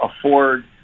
afford